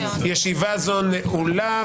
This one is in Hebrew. ישיבה זו נעולה.